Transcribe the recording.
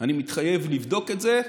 עם ביוב אני מתחייב לבדוק את זה,